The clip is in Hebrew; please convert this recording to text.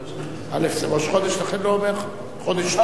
א' זה ראש חודש, לכן אני לא אומר "חודש טוב".